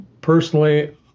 personally